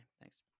thanks